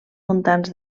muntants